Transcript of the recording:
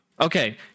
Okay